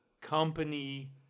company